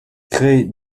crée